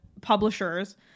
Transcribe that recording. publishers